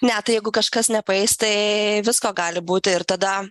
ne tai jeigu kažkas nepaeis tai visko gali būti ir tada